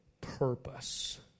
purpose